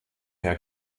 herr